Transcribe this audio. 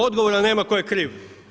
Odgovora nema tko je kriv.